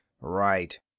Right